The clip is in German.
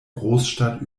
großstadt